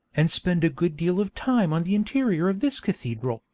and spend a good deal of time on the interior of this cathedral,